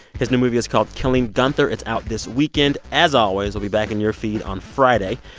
his new movie is called killing gunther. it's out this weekend. as always, we'll be back in your feed on friday.